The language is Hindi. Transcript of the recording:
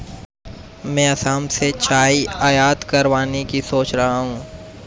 मैं असम से चाय आयात करवाने की सोच रहा हूं